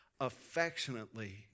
affectionately